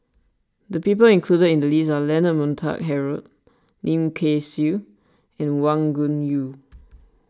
the people included in the list are Leonard Montague Harrod Lim Kay Siu and Wang Gungwu